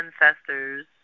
ancestors